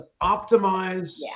optimize